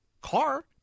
car